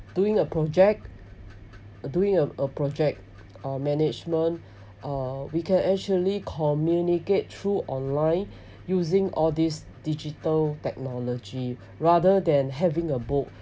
doing a project doing a project uh management uh we can actually communicate through online using all these digital technology rather than having a book